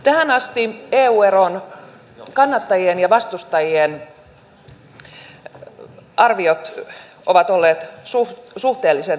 tähän asti arviot eu eron kannattajien ja vastustajien tilanteesta ovat olleet suhteellisen tasaiset